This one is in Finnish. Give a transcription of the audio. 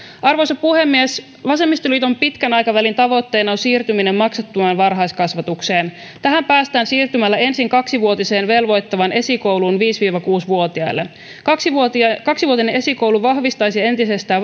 arvoisa puhemies vasemmistoliiton pitkän aikavälin tavoitteena on siirtyminen maksuttomaan varhaiskasvatukseen tähän päästään siirtymällä ensin kaksivuotiseen velvoittavaan esikouluun viisi viiva kuusi vuotiaille kaksivuotinen esikoulu vahvistaisi entisestään